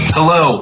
Hello